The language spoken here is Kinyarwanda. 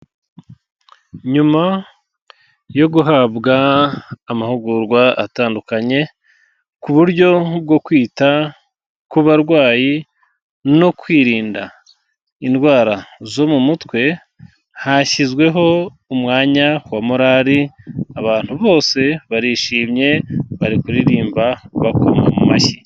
Nyuma yo guhabwa amahugurwa atandukanye, ku buryo bwo kwita ku barwayi no kwirinda indwara zo mu mutwe, hashyizweho umwanya wa morali, abantu bose barishimye, bari kuririmba, bakoma mu mashyi.